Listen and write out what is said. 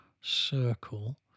circle